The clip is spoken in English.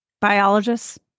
biologists